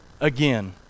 again